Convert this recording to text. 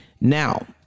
now